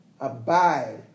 Abide